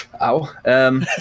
ow